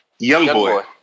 Youngboy